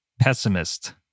pessimist